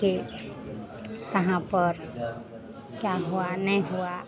कि कहाँ पर क्या हुआ नहीं हुआ